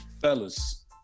Fellas